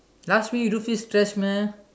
last week you to physics test meh